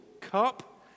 cup